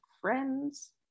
Friends